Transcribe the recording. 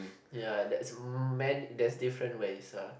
ya that mm many that's different way uh